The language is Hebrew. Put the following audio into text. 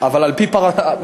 אבל על-פי פרמטרים.